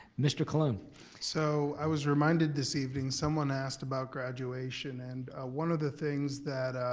mr. colon so i was reminded this evening, someone asked about graduation, and one of the things that